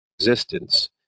existence